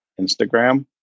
Instagram